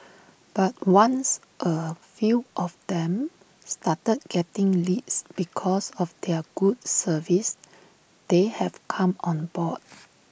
but once A few of them started getting leads because of their good service they have come on board